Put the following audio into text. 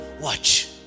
Watch